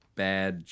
bad